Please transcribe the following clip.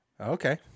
Okay